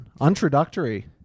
Introductory